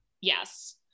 Yes